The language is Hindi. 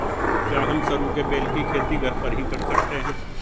क्या हम सरू के बेल की खेती घर पर ही कर सकते हैं?